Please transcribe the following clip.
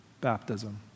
baptism